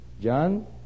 John